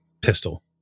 pistol